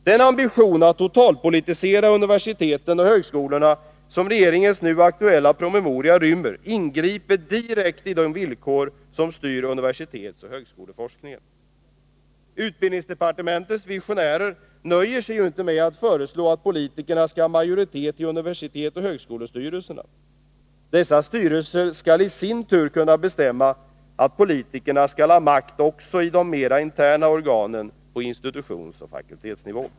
Den ambition att totalpolitisera universiteten och högskolorna som regeringens nu aktuella promemoria rymmer ingriper direkt i de villkor som styr universitetsoch högskoleforskningen. Utbildningsdepartementets visionärer nöjer sig ju inte med att föreslå att politikerna skall ha majoritet i universitetsoch högskolestyrelserna. Dessa styrelser skall i sin tur kunna bestämma att politikerna skall ha makt också i de mera interna organen på institutionsoch fakultetsnivå.